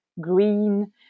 green